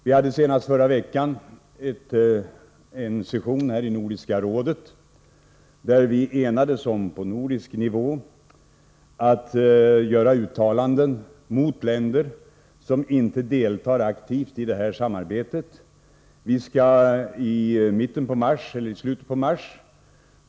Vi hade senast i förra veckan en session här i Nordiska rådet, där vi enades om på nordisk nivå att göra uttalanden mot länder som inte deltar aktivt i det här samarbetet.